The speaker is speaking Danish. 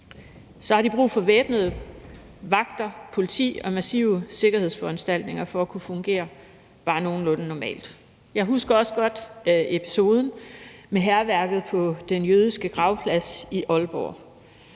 har de brug for bevæbnede vagter, politi og massive sikkerhedsforanstaltninger for at kunne fungere bare nogenlunde normalt. Jeg husker også godt episoden med hærværket på den jødiske gravplads i Aalborg.